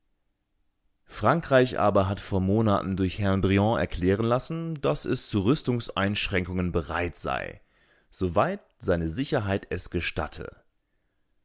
frankreich aber hat vor monaten durch herrn briand erklären lassen daß es zu rüstungseinschränkungen bereit sei soweit seine sicherheit es gestatte